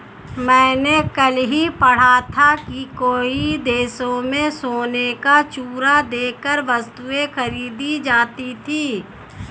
मैंने कल ही पढ़ा था कि कई देशों में सोने का चूरा देकर वस्तुएं खरीदी जाती थी